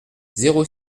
zéro